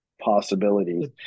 possibilities